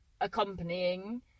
accompanying